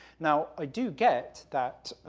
now, i do get that,